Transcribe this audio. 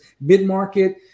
Mid-Market